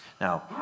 Now